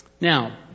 Now